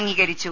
അംഗീകരിച്ചു